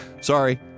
Sorry